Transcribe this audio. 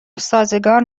سازگار